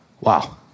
Wow